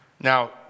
Now